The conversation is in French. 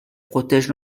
protègent